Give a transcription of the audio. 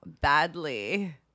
badly